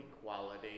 equality